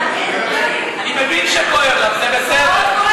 אני לא מבין, אני מבין שכואב לך, זה בסדר.